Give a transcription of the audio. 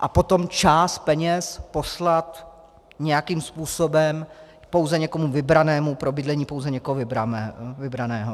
a potom část peněz poslat nějakým způsobem pouze někomu vybranému pro bydlení pouze někoho vybraného.